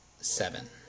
seven